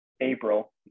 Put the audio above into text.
April